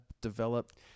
developed